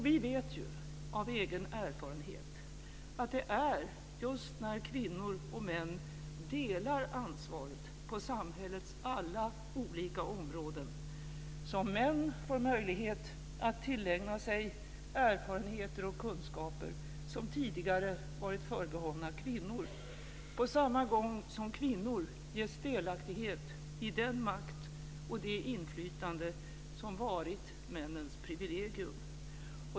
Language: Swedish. Vi vet, av egen erfarenhet, att det är just när kvinnor och män delar ansvaret på samhällets alla olika områden, som män får möjlighet att tillägna sig erfarenheter, kunskaper som tidigare varit förbehållna kvinnor, på samma gång som kvinnor ges delaktighet i den makt och det inflytande som varit männens privilegium.